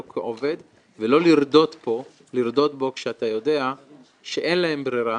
כעובד ולא לרדות בו כשאתה יודע שאין להם ברירה